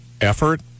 effort